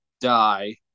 die